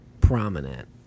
prominent